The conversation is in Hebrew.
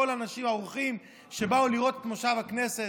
כל האורחים שבאו לראות את מושב הכנסת,